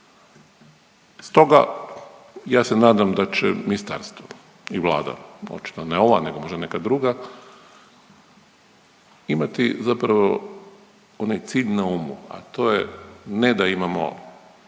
Stoga ja se nadam da će ministarstvo i Vlada, očito ne ova možda neka druga imati zapravo onaj cilj na umu, a to je ne da imamo